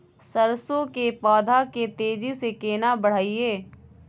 सरसो के पौधा के तेजी से केना बढईये?